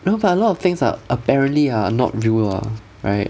you know but a lot of things are apparently are not real lah right